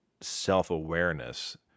self-awareness –